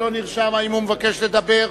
שלא נרשם, האם הוא מבקש לדבר?